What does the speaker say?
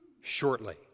shortly